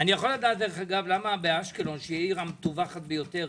אפשר לדעת למה באשקלון שהיא העיר המטווחת ביותר,